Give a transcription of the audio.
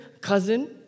cousin